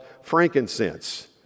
frankincense